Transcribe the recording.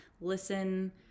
listen